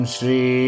Shri